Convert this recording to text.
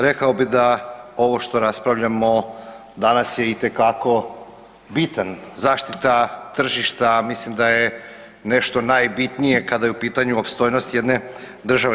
Rekao bih da ovo što raspravljamo danas je itekako bitan, zaštita tržišta mislim da je nešto najbitnije kada je u pitanju opstojnost jedne države.